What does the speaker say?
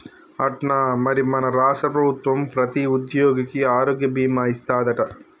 అట్నా మరి మన రాష్ట్ర ప్రభుత్వం ప్రతి ఉద్యోగికి ఆరోగ్య భీమా ఇస్తాదట